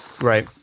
Right